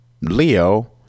Leo